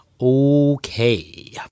okay